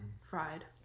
fried